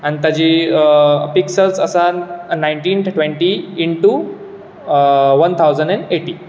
आनी ताजी पिक्सल्स आसात nineteen twenty into a one thousand and eighty